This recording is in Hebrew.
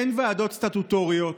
אין ועדות סטטוטוריות,